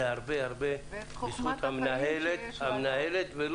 זה הרבה בזכות המנהלת,